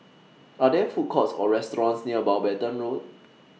Are There Food Courts Or restaurants near Mountbatten Road